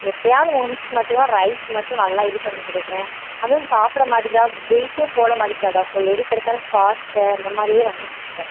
எப்பயாவது ஒன்ஸ் மட்டும் தான் ரைஸ் மட்டும் நல்லா இது பண்ணி கொடுக்குறேன் அதுவும் சாப்பிட மாட்டிங்கிறா வெய்ட்டும் போட மாட்டிங்கிறா டாக்டர் எதுக்கு எடுத்தாலும் காய்ச்சல் அந்த மாதிரியே வந்துட்டுருக்கு டாக்டர்